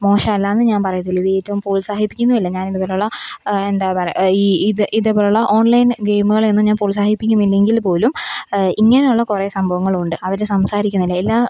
മോശം അല്ലായെന്നു ഞാന് പറയത്തില്ല ഇതേറ്റവും പ്രോത്സാഹിപ്പിക്കുന്നുമില്ല ഞാനിതിനുള്ള എന്താ പറയുക ഈ ഇത് ഇതേപോലെയുള്ള ഓണ്ലൈന് ഗെയിമുകളെ ഒന്നും ഞാന് പ്രോത്സാഹിപ്പിക്കുന്നില്ലെങ്കിൽ പോലും ഇങ്ങനെയുള്ള കുറേ സംഭവങ്ങളുണ്ട് അവർ സംസാരിക്കുന്നതല്ലേ എല്ലാ